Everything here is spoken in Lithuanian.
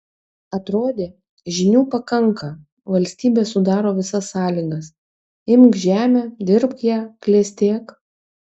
atrodė žinių pakanka valstybė sudaro visas sąlygas imk žemę dirbk ją klestėk